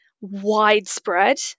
widespread